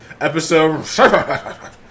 Episode